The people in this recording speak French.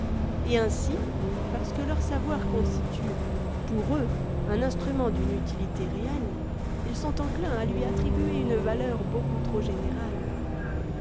et ainsi parce que leur savoir constitue pour eux un instrument d'une utilité réelle ils sont enclins à lui attribuer une valeur beaucoup trop générale